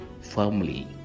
firmly